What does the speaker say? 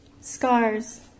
Scars